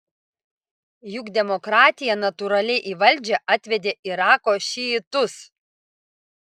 juk demokratija natūraliai į valdžią atvedė irako šiitus